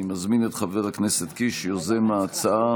אני מזמין את חבר הכנסת קיש, יוזם ההצעה.